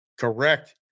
Correct